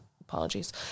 apologies